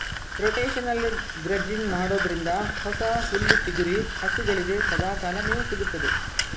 rotational grazing ಮಾಡೋದ್ರಿಂದ ಹೊಸ ಹುಲ್ಲು ಚಿಗುರಿ ಹಸುಗಳಿಗೆ ಸದಾಕಾಲ ಮೇವು ಸಿಗುತ್ತದೆ